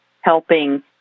helping